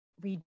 read